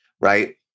right